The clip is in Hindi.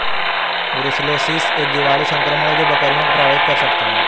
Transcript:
ब्रुसेलोसिस एक जीवाणु संक्रमण है जो बकरियों को प्रभावित कर सकता है